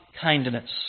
kindness